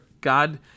God